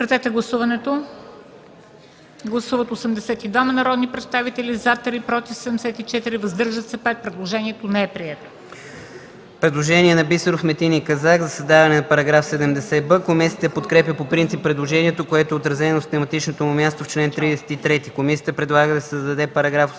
Предложението не е прието.